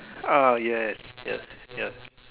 ah yes yes yes